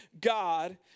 God